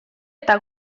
eta